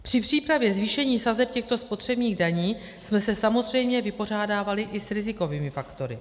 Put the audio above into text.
Při přípravě zvýšení sazeb těchto spotřebních daní jsme se samozřejmě vypořádávali i s rizikovými faktory.